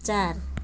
चार